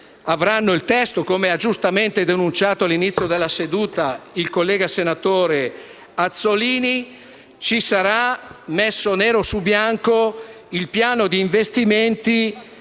avranno il testo, come ha giustamente denunciato all'inizio della seduta il collega Azzollini - sarà presente, scritto nero su bianco, il piano di investimenti